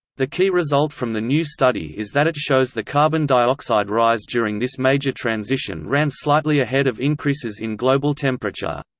the key result from the new study is that it shows the carbon dioxide rise during this major transition ran slightly ahead of increases in global temperature.